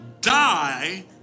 die